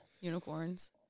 unicorns